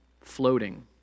floating